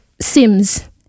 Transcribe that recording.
Sims